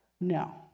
No